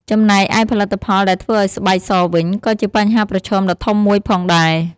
ចំណែកឯផលិតផលដែលធ្វើឱ្យស្បែកសវិញ ក៏ជាបញ្ហាប្រឈមដ៏ធំមួយផងដែរ។